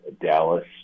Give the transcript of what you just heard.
Dallas